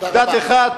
דת אחת,